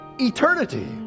Eternity